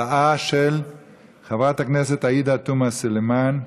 הצעה של חברת הכנסת עאידה תומא סלימאן.